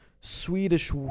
Swedish